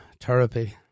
therapy